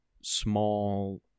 small